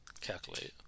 Calculate